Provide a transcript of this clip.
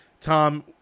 Tom